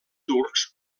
turcs